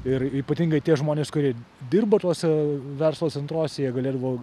ir ypatingai tie žmonės kurie dirbo tuose verslo centruose jie galėdavo